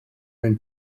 mewn